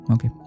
Okay